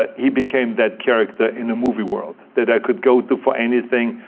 ah he became that character in the movie world. that i could go to for anything.